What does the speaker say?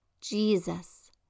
Jesus